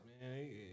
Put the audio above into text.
man